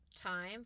time